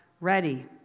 ready